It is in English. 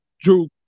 Drew